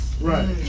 Right